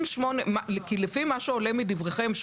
לפי מה שעולה מדבריכם,